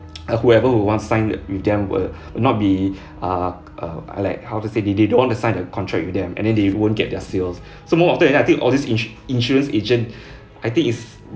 whoever would want to sign with them will not be err uh I like how to say they they don't want to sign the contract with them and then they won't get their sales so most of that I think all these insu~ insurance agent I think is